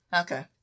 Okay